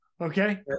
Okay